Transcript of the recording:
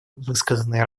высказанные